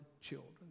children